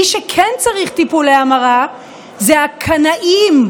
מי שכן צריך טיפולי המרה, אלה הקנאים,